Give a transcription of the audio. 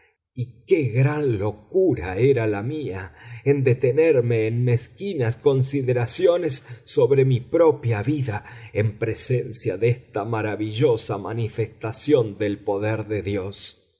qué gran locura era la mía en detenerme en mezquinas consideraciones sobre mi propia vida en presencia de esta maravillosa manifestación del poder de dios